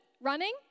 running